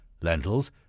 lentils